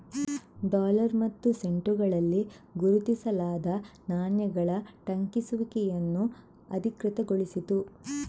dollar ಮತ್ತು ಸೆಂಟುಗಳಲ್ಲಿ ಗುರುತಿಸಲಾದ ನಾಣ್ಯಗಳ ಟಂಕಿಸುವಿಕೆಯನ್ನು ಅಧಿಕೃತಗೊಳಿಸಿತು